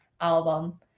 album